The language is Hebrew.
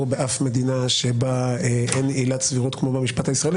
באף מדינה שבה אין עילת סבירות כמו במשפט הישראלי